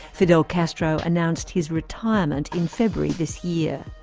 fidel castro announced his retirement in february this year.